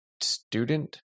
student